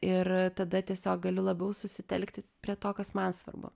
ir tada tiesiog galiu labiau susitelkti prie to kas man svarbu